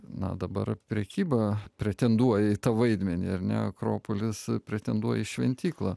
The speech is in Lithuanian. na dabar prekyba pretenduoja į tą vaidmenį ar ne akropolis pretenduoja į šventyklą